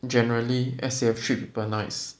generally S_A_F treat people nice